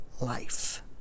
life